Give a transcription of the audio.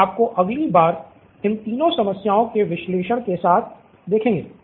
हम आपको अगली बार इन तीनों समस्याओं के विश्लेषण के साथ देखेंगे